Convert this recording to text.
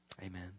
Amen